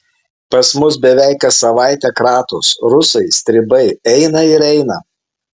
pas mus beveik kas savaitę kratos rusai stribai eina ir eina